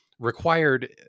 Required